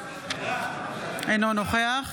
אינו נוכח